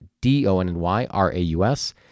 D-O-N-N-Y-R-A-U-S